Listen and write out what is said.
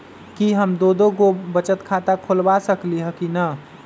कि हम दो दो गो बचत खाता खोलबा सकली ह की न?